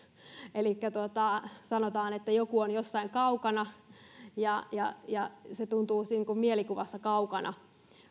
elikkä kun sanotaan että joku on jossain kaukana niin se tuntuu mielikuvissa olevan kaukana